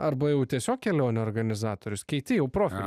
arba jau tiesiog kelionių organizatorius kiti jau profilį